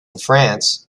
france